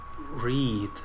read